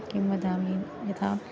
किं वदामि यथा